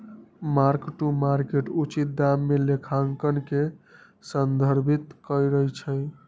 mark to market उचित दाम लेखांकन के संदर्भित करइ छै